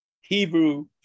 Hebrew